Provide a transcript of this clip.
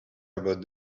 about